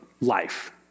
life